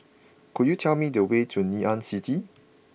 could you tell me the way to Ngee Ann City